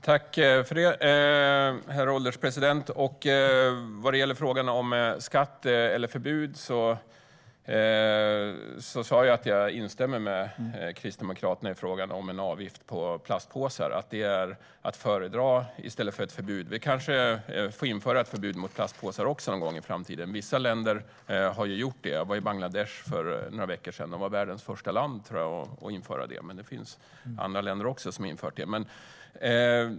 Herr ålderspresident! Vad gäller frågan om skatt eller förbud sa jag att jag instämmer i Kristdemokraternas uppfattning om en avgift på plastpåsar. Det är att föredra framför ett förbud. Vi kanske får införa ett förbud mot plastpåsar också, någon gång i framtiden. Vissa länder har gjort det; jag var för några veckor sedan i Bangladesh, som var först i världen med att införa detta. Det finns även andra länder som har infört det.